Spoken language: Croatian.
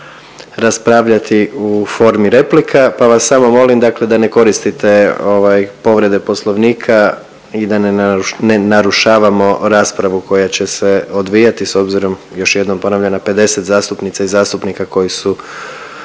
raspravljati u formi replika, pa vas samo molim, dakle da ne koristite povrede Poslovnika i da ne narušavamo raspravu koja će se odvijati s obzirom još jednom ponavljam na 50 zastupnica i zastupnika koji su